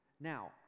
Now